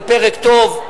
הוא פרק טוב,